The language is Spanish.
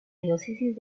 diócesis